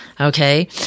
Okay